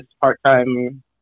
part-time